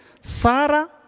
Sarah